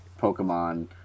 Pokemon